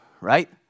right